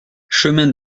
chemin